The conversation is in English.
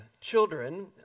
children